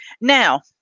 now